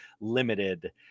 limited